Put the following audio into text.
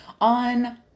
on